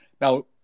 Now